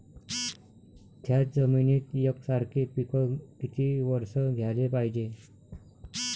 थ्याच जमिनीत यकसारखे पिकं किती वरसं घ्याले पायजे?